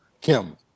Kim